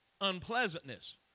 unpleasantness